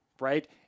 right